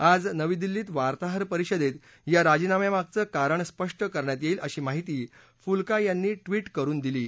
आज नवी दिल्लीत वार्ताहर परिषदेत या राजीनाम्यामागचं कारण स्पष्ट करण्यात येईल अशी माहिती फुल्का यांनी ट्वीट करून दिली आहे